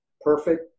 perfect